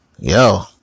Yo